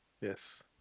Yes